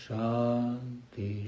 Shanti